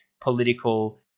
political